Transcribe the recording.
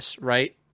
right